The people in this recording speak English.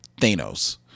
Thanos